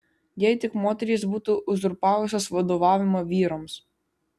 jei tik moterys būtų uzurpavusios vadovavimą vyrams